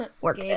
work